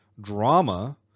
drama